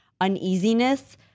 uneasiness